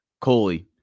Coley